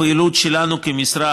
הפעילות שלנו כמשרד,